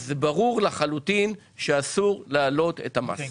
אז ברור לחלוטין שאסור להעלות את המס.